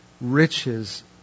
riches